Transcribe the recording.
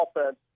offense